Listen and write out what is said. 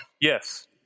Yes